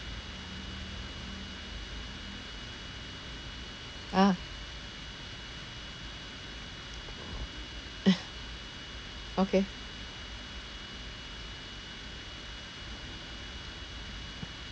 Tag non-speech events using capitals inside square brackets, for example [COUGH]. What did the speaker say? ah [LAUGHS] okay